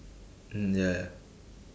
mm ya ya